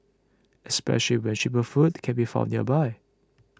especially when cheaper food can be found nearby